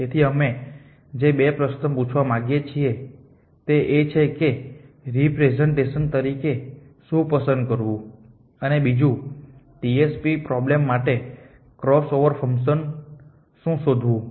તેથી અમે જે 2 પ્રશ્ન પૂછવા માંગીએ છીએ તે એ છે કે રેપ્રેસેંટેશન તરીકે શું પસંદ કરવું અને બીજું TSP પ્રોબ્લેમ માટે ક્રોસ ઓવર ફંકશન શું શોધવું